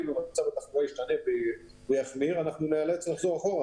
מצב התחלואה יחמיר אז נצטרך לחזור אחורה.